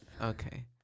Okay